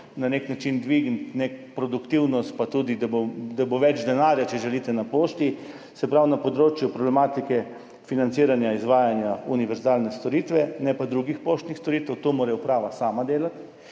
na nek način dvigniti neko produktivnost pa tudi to, da bo več denarja na Pošti. Se pravi, na področju problematike financiranja izvajanja univerzalne storitve, ne pa drugih poštnih storitev, to mora uprava sama delati.